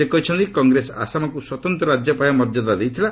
ସେ କହିଛନ୍ତି କଂଗ୍ରେସ ଆସାମକୁ ସ୍ୱତନ୍ତ୍ର ରାଜ୍ୟପାହ୍ୟା ମର୍ଯ୍ୟାଦା ଦେଇଥିଲା